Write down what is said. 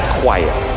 quiet